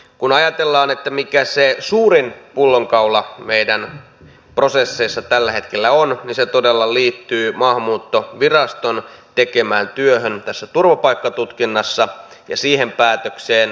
kun ajatellaan mikä se suurin pullonkaula meidän prosesseissamme tällä hetkellä on niin se todella liittyy maahanmuuttoviraston tekemään työhön tässä turvapaikkatutkinnassa ja siihen päätökseen